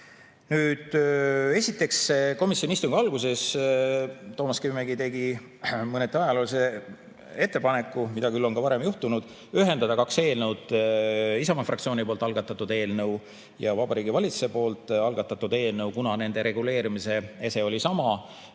Esiteks, komisjoni istungi alguses tegi Toomas Kivimägi mõneti ajaloolise ettepaneku, mida küll on ka varem juhtunud, ühendada kaks eelnõu, Isamaa fraktsiooni algatatud eelnõu ja Vabariigi Valitsuse algatatud eelnõu, kuna nende reguleerimise ese oli sama,